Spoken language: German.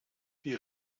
wir